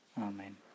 Amen